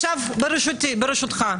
ברשותך,